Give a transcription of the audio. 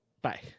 Bye